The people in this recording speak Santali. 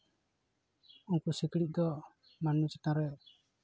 ᱩᱱᱠᱩ ᱥᱤᱠᱲᱤᱡ ᱫᱚ ᱢᱟᱹᱱᱢᱤ ᱪᱮᱛᱟᱱᱨᱮ